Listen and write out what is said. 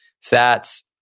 fats